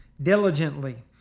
Diligently